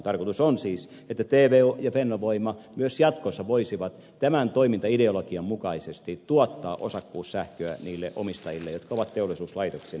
tarkoitus on siis että tvo ja fennovoima myös jatkossa voisivat tämän toimintaideologian mukaisesti tuottaa osakkuussähköä niille omistajille jotka ovat teollisuuslaitoksina omistajia